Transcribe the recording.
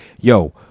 yo